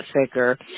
thicker